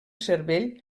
cervell